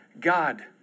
God